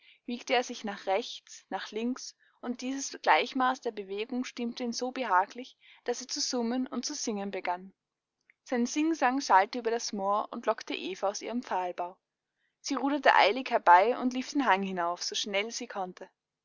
wiegte er sich nach rechts nach links und dieses gleichmaß der bewegung stimmte ihn so behaglich daß er zu summen und zu singen begann sein singsang schallte über das moor und lockte eva aus ihrem pfahlbau sie ruderte eilig herbei und lief den hang hinauf so schnell sie konnte